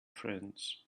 friends